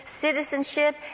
citizenship